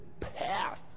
path